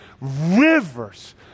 rivers